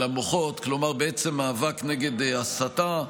על המוחות, כלומר מאבק נגד הסתה.